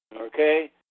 okay